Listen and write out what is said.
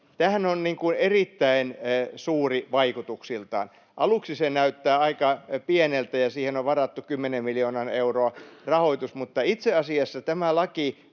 on niin kuin erittäin suuri vaikutuksiltaan. Aluksi se näyttää aika pieneltä, ja siihen on varattu kymmenen miljoonan euron rahoitus, mutta itse asiassa tämä laki